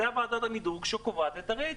זו ועדת המדרוג שקובעת את הרייטינג.